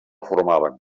formaven